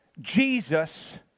Jesus